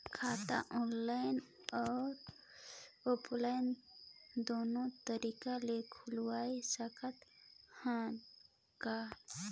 खाता ऑनलाइन अउ ऑफलाइन दुनो तरीका ले खोलवाय सकत हन का?